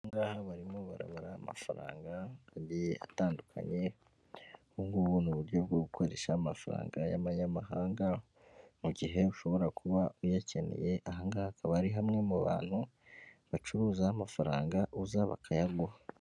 Aha ngaha barimo barabara amafaranga agiye atandukanye, ubu ngubu ni uburyo bwo gukoresha amafaranga y'amanyamahanga, mu gihe ushobora kuba uyakeneye, aha ngaha akaba ari hamwe mu hantu bacuruzaho amafaranga uza bakayaguha.